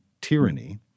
tyranny